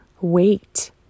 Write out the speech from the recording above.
wait